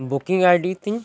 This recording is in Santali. ᱵᱩᱠᱤᱝ ᱟᱭ ᱰᱤ ᱛᱤᱧ